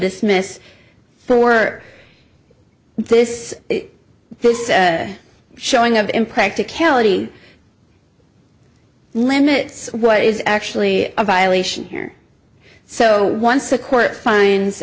dismiss for this this showing of impracticality limits what is actually a violation here so once a court fin